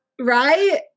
Right